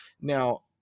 now